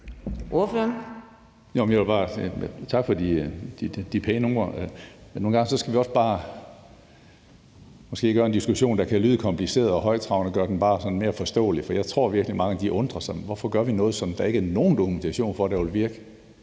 sige tak for de pæne ord. Nogle gange skal vi også bare måske gøre en diskussion, der kan lyde kompliceret og højtravende, mere forståelig, for jeg tror virkelig, at mange undrer sig over, hvorfor vi gør noget, som der ikke er nogen dokumentation for vil virke.